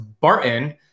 Barton